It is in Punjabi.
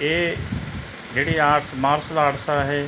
ਇਹ ਜਿਹੜੀ ਆਟਸ ਮਾਰਸ਼ਲ ਆਰਟਸ ਆ ਇਹ